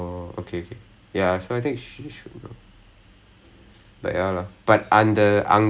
ya